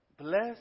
Bless